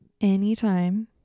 Anytime